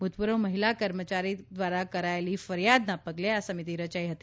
ભૂતપૂર્વ મહિલા કર્મચારી દ્વારા કરાયેલી ફરિયાદના પગલે આ સમિતિ રચાઇ હતી